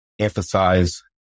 emphasize